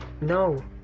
No